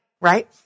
right